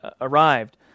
arrived